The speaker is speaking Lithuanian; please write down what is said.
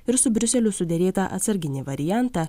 ir su briuseliu suderėtą atsarginį variantą